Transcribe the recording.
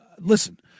listen